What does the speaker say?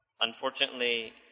unfortunately